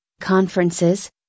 conferences